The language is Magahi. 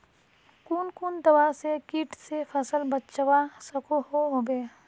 कुन कुन दवा से किट से फसल बचवा सकोहो होबे?